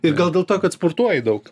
ir gal dėl to kad sportuoji daug